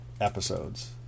episodes